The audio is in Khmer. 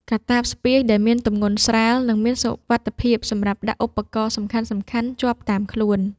កាតាបស្ពាយដែលមានទំម្ងន់ស្រាល និងមានសុវត្ថិភាពសម្រាប់ដាក់ឧបករណ៍សំខាន់ៗជាប់តាមខ្លួន។